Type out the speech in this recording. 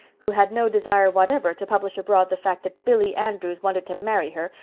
who had no desire whatever to publish abroad the fact that billy andrews wanted to marry her,